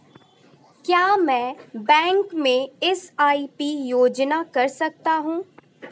क्या मैं बैंक में एस.आई.पी योजना कर सकता हूँ?